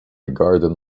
garden